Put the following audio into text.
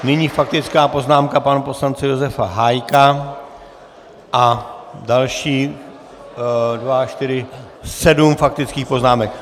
Nyní faktická poznámka pana poslance Josefa Hájka a dalších: dva, čtyři, sedm faktických poznámek.